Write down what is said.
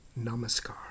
Namaskar